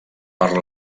per